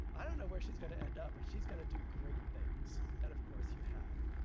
i don't know where she's going to end up, but she's going to do great things. and of course you have.